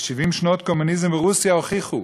ו-70 שנות קומוניזם ברוסיה הוכיחו